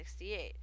1968